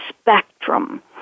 spectrum